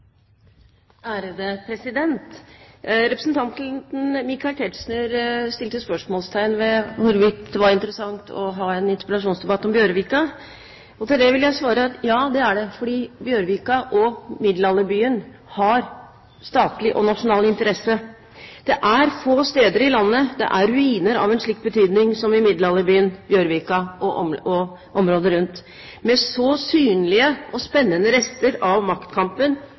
interessant, for Bjørvika og middelalderbyen har statlig og nasjonal interesse. Det er få steder i landet der det er ruiner av en slik betydning som i middelalderbyen, Bjørvika og området rundt – med så synlige og spennende rester av maktkampen